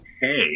Hey